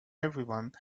everyone